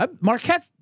Marquette